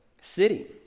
city